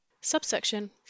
Subsection